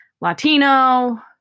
Latino